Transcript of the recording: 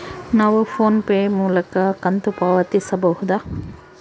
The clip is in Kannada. ನಾವು ಫೋನ್ ಪೇ ಮೂಲಕ ಕಂತು ಪಾವತಿಸಬಹುದಾ?